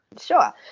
Sure